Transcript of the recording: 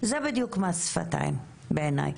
זה בדיוק מה שפתיים בעיניי.